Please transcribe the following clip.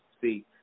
See